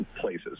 places